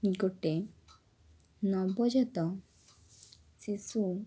ଗୋଟେ ନବଜାତ ଶିଶୁ